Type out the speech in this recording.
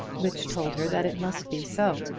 which told her that it must be so.